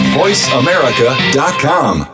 voiceamerica.com